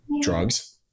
Drugs